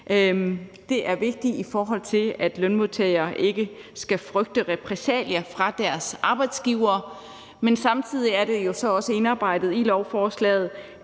Det er vigtigt, i forhold til at lønmodtagere ikke skal frygte repressalier fra deres arbejdsgivere. Men samtidig er det så også indarbejdet i lovforslaget,